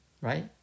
right